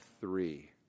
three